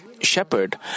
shepherd